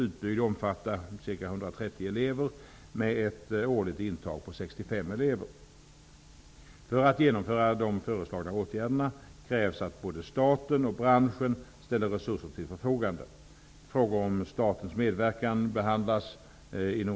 Sveriges Lantbruksuniversitet föreslås bli huvudman för utbildningen, som enligt förslaget skall lokaliseras till Flyinge och Strömsholm.